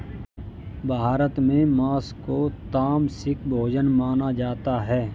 भारत में माँस को तामसिक भोजन माना जाता है